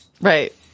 Right